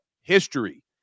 history